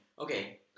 Okay